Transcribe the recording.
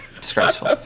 Disgraceful